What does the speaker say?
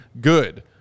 good